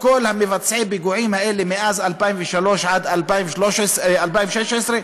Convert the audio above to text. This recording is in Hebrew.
מכל מבצעי הפיגועים האלה, מ-2003 עד 2016,